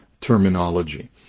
terminology